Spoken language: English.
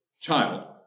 child